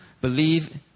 believe